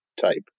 type